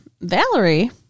Valerie